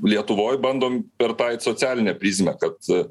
lietuvoj bandom per tą eit socialinę prizmę kad